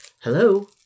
Hello